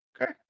okay